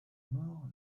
mort